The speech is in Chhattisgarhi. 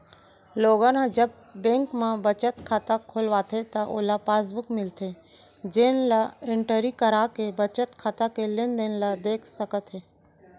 लोगन ह जब बेंक म बचत खाता खोलवाथे त ओला पासबुक मिलथे जेन ल एंटरी कराके बचत खाता के लेनदेन ल देख सकत हे